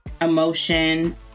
emotion